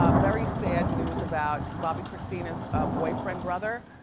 ah very sad news about bobbi kristina's ah boyfriend brother,